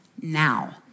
now